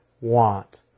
want